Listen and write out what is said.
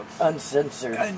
uncensored